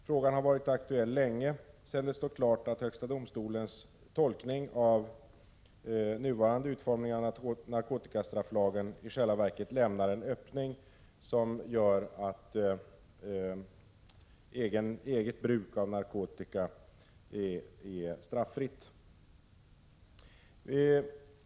Frågan har varit aktuell länge sedan det står klart att högsta domstolens tolkning av nuvarande utformning av narkotikastrafflagen i själva verket lämnar en öppning som gör att eget bruk av narkotika är straffritt.